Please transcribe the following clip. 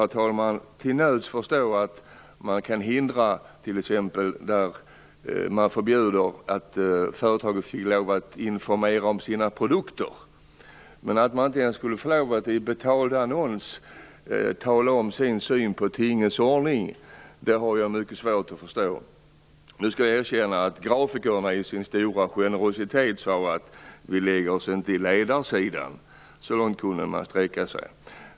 Jag kan till nöds förstå att man kan förbjuda företaget att informera om sina produkter. Men jag har mycket svårt att förstå att de inte ens i en betald annons skulle få lov att tala om sin syn på tingens ordning. Nu skall jag erkänna att grafikerna i sin stora generositet sade att de inte skulle lägga sig i ledarsidan. Så långt kunde de sträcka sig.